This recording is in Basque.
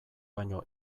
baino